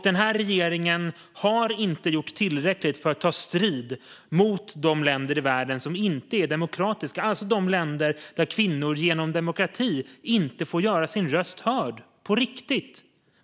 Den här regeringen har inte gjort tillräckligt för att ta strid mot de länder i världen som inte är demokratiska, alltså de länder där kvinnor inte genom demokrati får göra sina röster hörda på riktigt.